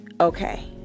okay